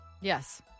Yes